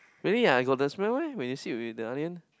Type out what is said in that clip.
really ah got the smell meh when you sit with the onion